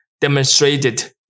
demonstrated